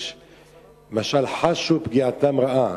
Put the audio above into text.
יש משל: חש"ו פגיעתן רעה.